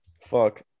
Fuck